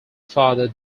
further